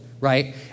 right